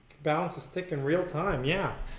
balance stick in real time yeah